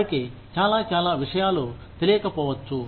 వారికి చాలా చాలా విషయాలు తెలియకపోవచ్చు